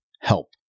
help